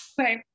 Okay